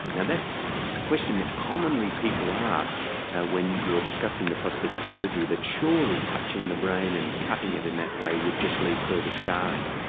now that's a question that commonly people ask when you're discussing the prospect of surgery that surely touching the brain and cutting it in that way would just leave further scarring.